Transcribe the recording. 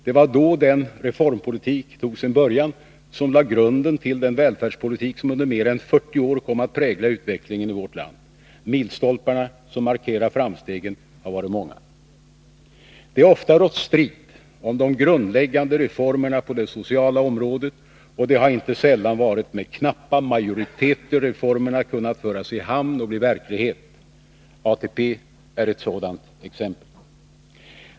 Det var då den reformpolitik tog sin början som lade grunden till den välfärdspolitik som under mer än 40 år kom att prägla utvecklingen i vårt land. Milstolparna som markerat framstegen har varit många. Det har ofta rått strid om de grundläggande reformerna på det sociala området, och det har inte sällan varit med knappa majoriteter reformerna kunnat föras i hamn och bli verklighet. ATP är ett sådant exempel.